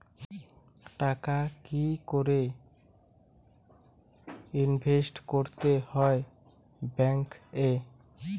টাকা কি করে ইনভেস্ট করতে হয় ব্যাংক এ?